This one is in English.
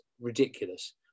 ridiculous